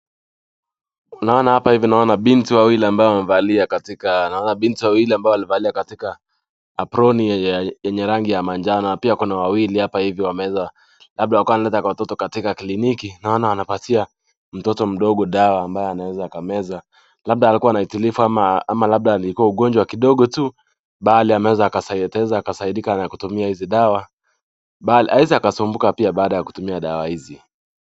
Unaona hapa hivi naona binti wawili ambaye wamevalia katika naona binti wawili ambao walivalia katika aproni yenye rangi ya manjano. Na pia wako na wawili hapa hivi wameweza, labda walikuwa wanaleta watoto katika kliniki. Naona wanapatia mtoto mdogo dawa ambaye anaweza akameza. Labda alikuwa na itilifu ama ama labda ni ugonjwa kidogo tu, bali ameweza akasaidika na kutumia hizi dawa. Bali hawezi akasumbuka pia baada ya kutumia dawa hizi.